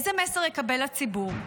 איזה מסר יקבל הציבור?